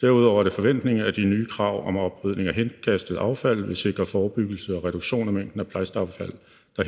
Derudover er det forventningen, at de nye krav om oprydning af henkastet affald vil sikre forebyggelse og reduktion af mængden af plastaffald, der